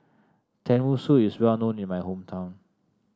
tenmusu is well known in my hometown